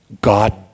God